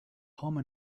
home